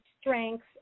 strengths